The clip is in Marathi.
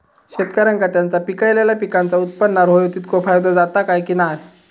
शेतकऱ्यांका त्यांचा पिकयलेल्या पीकांच्या उत्पन्नार होयो तितको फायदो जाता काय की नाय?